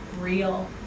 real